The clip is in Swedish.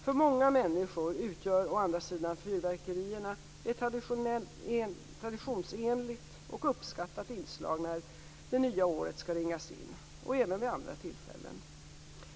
För många människor utgör å andra sidan fyrverkerierna ett traditionsenligt och uppskattat inslag när det nya året skall ringas in och även vid andra tillfällen.